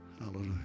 Hallelujah